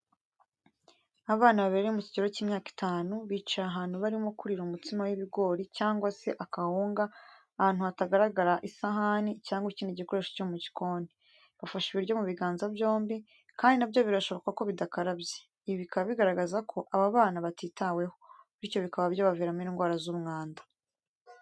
Abana babiri bari mu kigero cy'imyaka itanu, bicaye ahantu barimo kurira umutsima w'ibigori cyangwa se akawunga ahantu hatagaragara isahani cyangwa ikindi gikoresho cyo mu gikoni, bafashe ibiryo mu biganza byombi kandi na byo birashoboka ko bidakarabye, ibi bikaba bigaragaza ko aba bana batitaweho, bityo bikaba byabaviramo indwara z'umwanda.